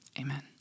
amen